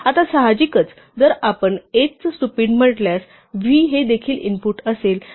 आता साहजिकच जर आपण 8 चा स्टुपिड म्हटल्यास v हे देखील इनपुट असेल त्यामुळे v हे 28 होईल